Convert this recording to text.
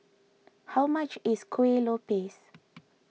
how much is Kuih Lopes